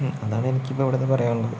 അതാണെനിക്ക് ഇപ്പോൾ ഇവിടെ പറയാനുള്ളത്